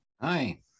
Hi